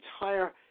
entire